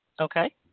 Okay